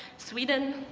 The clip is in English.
sweden,